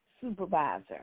Supervisor